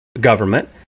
government